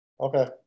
Okay